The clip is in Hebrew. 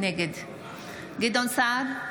נגד גדעון סער,